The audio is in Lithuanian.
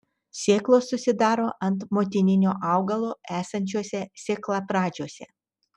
sėklos susidaro ant motininio augalo esančiuose sėklapradžiuose